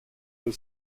eine